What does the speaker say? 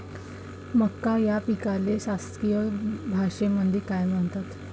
मका या पिकाले शास्त्रीय भाषेमंदी काय म्हणतात?